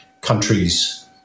countries